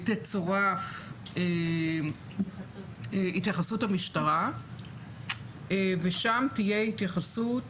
תצורף התייחסות המשטרה - ושם תהיה התייחסות